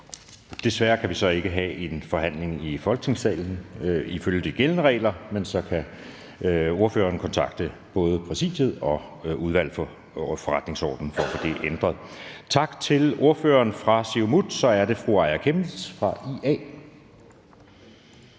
Desværre kan vi så ikke have en forhandling i Folketingssalen ifølge de gældende regler, men så kan ordføreren kontakte både Præsidiet og Udvalget for Forretningsordenen for at få det ændret. Tak til ordføreren fra Siumut. Så er det fru Aaja Chemnitz fra IA.